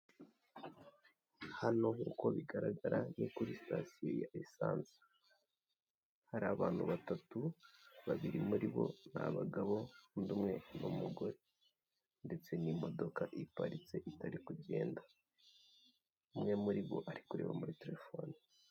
Hano nk'uko bigaragara ni kuri sitasiyo ya esanse hari abantu batatu babiri muri bo ni abagabo undi umwe ni umugore ndetse n'imodoka iparitse itari kugenda umwe muri bo ari kureba muri terefone.